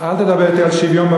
צריך להיות גם שוויון.